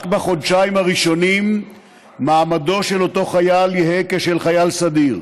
רק בחודשיים הראשונים מעמדו של אותו חייל יהא כשל חייל סדיר,